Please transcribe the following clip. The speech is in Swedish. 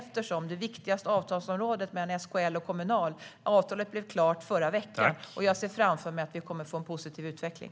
På det viktigaste avtalsområdet, mellan SKL och Kommunal, blev avtalet klart förra veckan. Jag ser framför mig att vi kommer att få en positiv utveckling.